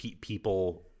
people